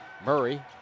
Murray